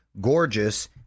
Gorgeous